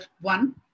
one